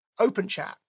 OpenChat